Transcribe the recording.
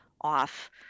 off